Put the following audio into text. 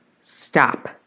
stop